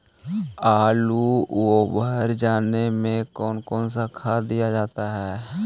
आलू ओवर जाने में कौन कौन सा खाद दिया जाता है?